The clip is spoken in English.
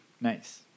Nice